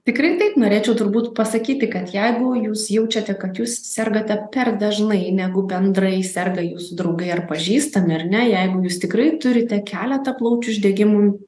tikrai taip norėčiau turbūt pasakyti kad jeigu jūs jaučiate kad jūs sergate per dažnai negu bendrai serga jūsų draugai ar pažįstami ar ne jeigu jūs tikrai turite keletą plaučių uždegimų